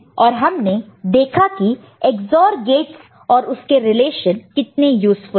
और हमने देखा है कि EX OR गेटस और उसके रिलेशन कितने यूज़फुल है